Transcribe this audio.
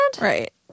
Right